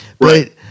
Right